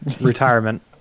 Retirement